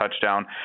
touchdown